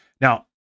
Now